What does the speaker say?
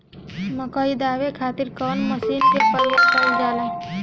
मकई दावे खातीर कउन मसीन के प्रयोग कईल जाला?